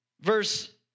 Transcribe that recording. verse